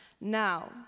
Now